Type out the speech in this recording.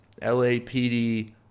LAPD